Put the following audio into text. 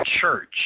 church